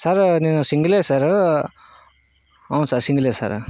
sir నేను సింగల్యే sir అవును సార్ సింగల్యే సార్